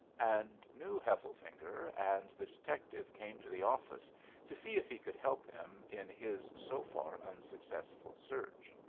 and knew hefflefinger, and the detective came to the office to see if he could help him in his so far unsuccessful search.